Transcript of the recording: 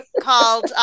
called